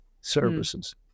services